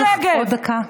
יש לך עוד דקה,